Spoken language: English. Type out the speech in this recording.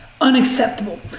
unacceptable